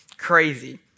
crazy